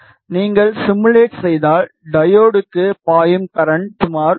நீங்கள் சிமுலேட் செய்தால் டையோடுக்கு பாயும் கரண்ட் சுமார் 10